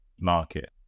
market